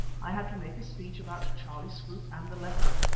i had to make a speech about charlie scroope and the leopard.